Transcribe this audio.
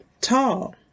tall